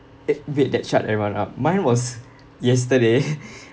eh wait that shut everyone up mine was yesterday